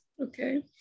Okay